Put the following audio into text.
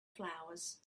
flowers